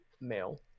male